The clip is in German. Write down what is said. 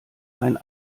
ein